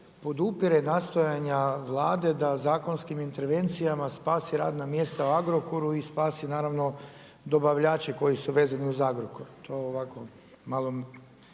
podupire nastojanja Vlade da zakonskim intervencijama spasi radna mjesta u Agrokoru i spasi naravno dobavljače koji su vezani uz Agrokor. To ovako malo